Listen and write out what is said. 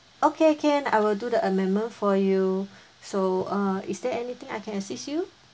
okay can I will do the amendment for you so uh is there anything I can assist you